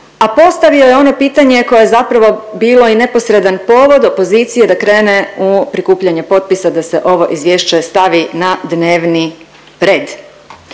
a postavio je ono pitanje koje je zapravo bilo i neposredan povod opozicije da krene u prikupljanje potpisa da se ovo Izvješće stavi na dnevni red.